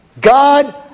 God